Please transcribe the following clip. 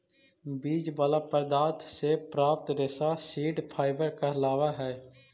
बीज वाला पदार्थ से प्राप्त रेशा सीड फाइबर कहलावऽ हई